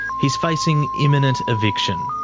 he's facing imminent eviction,